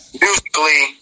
musically